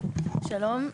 שלום.